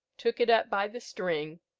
took it up by the string,